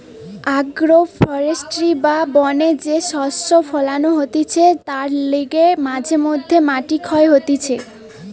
agro forestry বা বনে যে শস্য ফোলানো হতিছে তার লিগে মাঝে মধ্যে মাটি ক্ষয় হতিছে